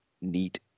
neat